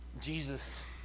Jesus